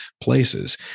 places